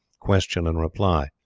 question and reply.